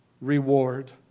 reward